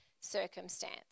circumstance